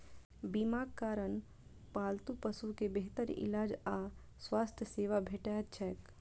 बीमाक कारण पालतू पशु कें बेहतर इलाज आ स्वास्थ्य सेवा भेटैत छैक